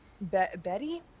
Betty